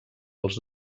els